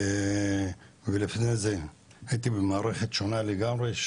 ולפני כן הייתי במערכת שונה לגמרי,